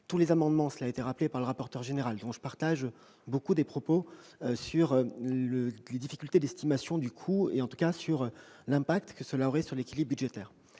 Tous ces amendements, cela a été rappelé par M. le rapporteur général, dont je partage nombre des propos sur les difficultés d'estimation du coût et sur les conséquences sur l'équilibre budgétaire,